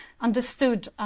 understood